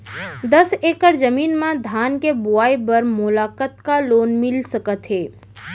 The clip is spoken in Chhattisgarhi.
दस एकड़ जमीन मा धान के बुआई बर मोला कतका लोन मिलिस सकत हे?